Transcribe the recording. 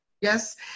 Yes